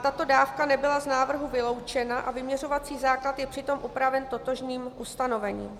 Tato dávka nebyla z návrhu vyloučena a vyměřovací základ je přitom upraven totožným ustanovením.